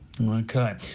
Okay